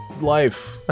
life